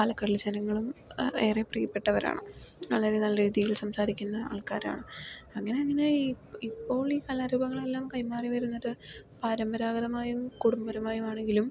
പാലക്കാടിലെ ജനങ്ങളും ഏറെ പ്രിയപ്പെട്ടവരാണ് വളരെ നല്ല രീതിയിൽ സംസാരിക്കുന്ന ആൾക്കാരാണ് അങ്ങനെ അങ്ങനെ ഈ ഇപ്പോൾ ഈ കലാരൂപങ്ങളെല്ലാം കൈ മാറിവരുന്നത് പരമ്പരാഗതമായും കുടുംബപരമായും ആണെങ്കിലും